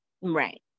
Right